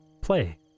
play